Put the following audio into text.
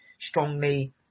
strongly